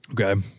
Okay